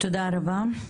תודה רבה.